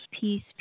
peace